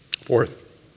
Fourth